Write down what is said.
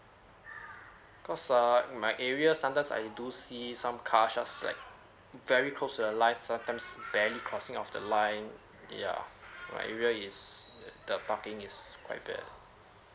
cause err my area sometimes I do see some car just like very close to the line sometimes barely crossing of the line yeah my area is the parking is quite bad